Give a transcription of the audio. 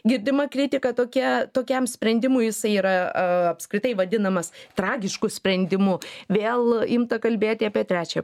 girdima kritika tokia tokiam sprendimui jisai yra apskritai vadinamas tragišku sprendimu vėl imta kalbėti apie trečią